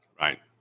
Right